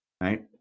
right